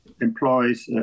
employs